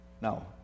Now